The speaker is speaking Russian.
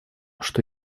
что